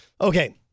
Okay